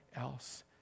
else